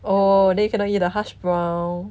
oh then you cannot eat the hash brown